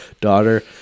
daughter